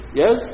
yes